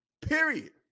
Period